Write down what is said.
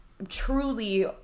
truly